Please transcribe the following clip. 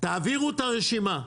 תעבירו את הרשימה.